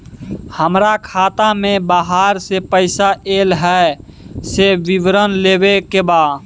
हमरा खाता में बाहर से पैसा ऐल है, से विवरण लेबे के बा?